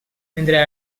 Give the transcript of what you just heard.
mentre